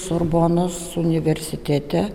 sorbonos universitete